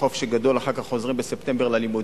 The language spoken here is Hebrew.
חופש גדול ואחר כך חוזרים לבית-הספר ללימודים.